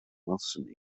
welsom